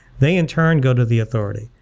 they in turn go to the authority,